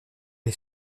est